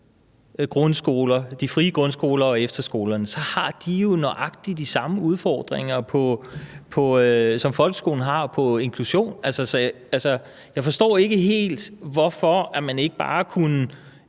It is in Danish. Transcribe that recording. de frie grundskoler og efterskolerne, så har de jo nøjagtig de samme udfordringer, som folkeskolen har, i forhold til inklusion. Jeg forstår ikke helt, hvorfor man ikke bare kunne